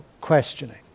questioning